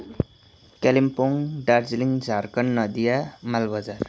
Kalimpong Darjeeling Jharkhand Nadia Malbazar